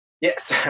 yes